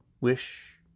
wish